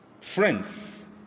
Friends